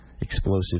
explosive